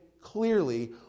clearly